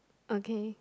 okay